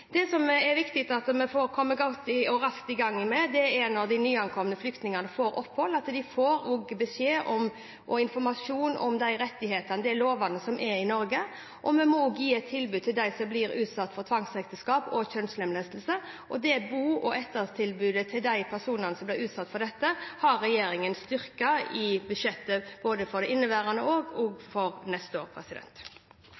at vi kommer raskt i gang med når de nyankomne flyktningene får opphold, er at de får beskjed og informasjon om de rettigheter og lover som gjelder i Norge. Vi må også gi et tilbud til dem som blir utsatt for tvangsekteskap og kjønnslemlestelse, og botilbudet og ettertilbudet til de personene som blir utsatt for dette, har regjeringen styrket i budsjettet, både for inneværende år og for neste år.